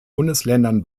bundesländern